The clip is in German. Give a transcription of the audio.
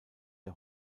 der